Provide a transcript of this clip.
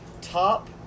Top